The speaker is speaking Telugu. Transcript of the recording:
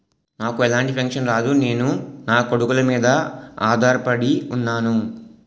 నాకు ఎలాంటి పెన్షన్ రాదు నేను నాకొడుకుల మీద ఆధార్ పడి ఉన్నాను